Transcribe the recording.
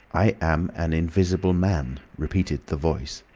i am an invisible man, repeated the voice.